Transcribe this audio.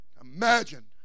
imagine